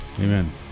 Amen